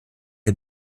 der